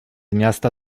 miasta